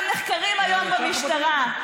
חלקם נחקרים היום במשטרה.